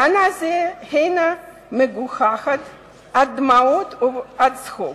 טענה זו הינה מגוחכת עד דמעות או עד צחוק.